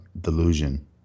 delusion